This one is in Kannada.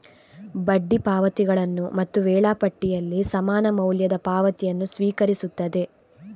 ಬಡ್ಡಿ ಪಾವತಿಗಳನ್ನು ಮತ್ತು ವೇಳಾಪಟ್ಟಿಯಲ್ಲಿ ಸಮಾನ ಮೌಲ್ಯದ ಪಾವತಿಯನ್ನು ಸ್ವೀಕರಿಸುತ್ತದೆ